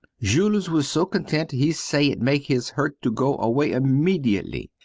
jules was so content he say it make his hurt to go away immediately.